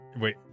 wait